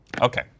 Okay